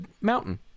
mountain